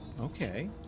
Okay